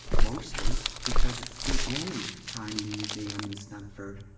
mostly because it's the only tiny museum in snuggford.